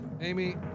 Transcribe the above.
Amy